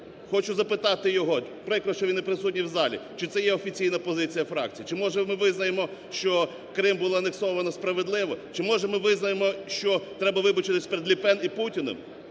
Хочу запитати його, прикро, що він не присутній в залі, чи це є офіційна позиція фракції. Чи може ми визнаємо, що Крим було анексовано справедливо? Чи може ми визнаємо, що треба вибачитись перед Ле Пен і Путіним?